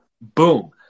Boom